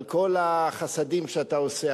על כל החסדים שאתה עושה,